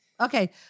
Okay